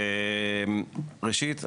ראשית,